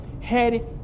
head